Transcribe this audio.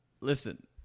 listen